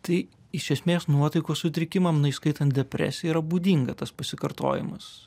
tai iš esmės nuotaikos sutrikimam įskaitant depresiją yra būdinga tas pasikartojimas